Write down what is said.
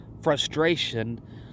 frustration